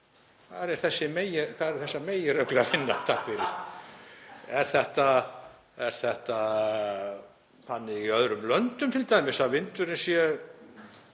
Hvar er þessa meginreglu að finna, takk fyrir? Er þetta þannig í öðrum löndum t.d. að vindurinn sé